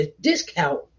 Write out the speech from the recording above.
discount